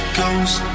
ghost